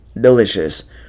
delicious